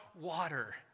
water